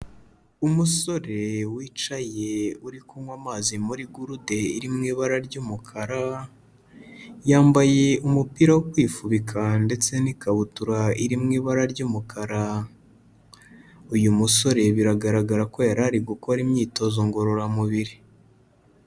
Umusore wicaye uri kunywa amazi muri gurude iri mu ibara ry'umukara, yambaye umupira wo kwifubika ndetse n'ikabutura iri mu ibara ry'umukara. Uyu musore biragaragara ko yari ari gukora imyitozo ngororamubiri.